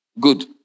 Good